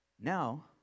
Now